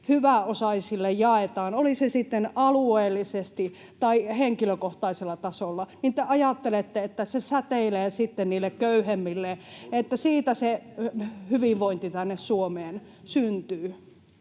hyväosaisille jaetaan — oli se sitten alueellisesti tai henkilökohtaisella tasolla — niin te ajattelette, että se säteilee sitten köyhemmille, että siitä se hyvinvointi tänne Suomeen syntyy.